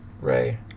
Ray